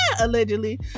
Allegedly